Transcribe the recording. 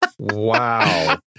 Wow